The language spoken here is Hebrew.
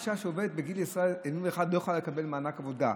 אישה שעובדת בגיל 21 לא יכולה לקבל מענק עבודה?